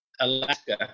Alaska